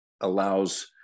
allows